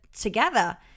together